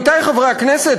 עמיתי חברי הכנסת,